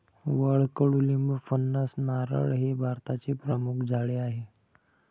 वड, कडुलिंब, फणस, नारळ हे भारताचे प्रमुख झाडे आहे